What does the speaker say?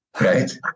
right